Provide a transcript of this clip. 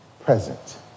present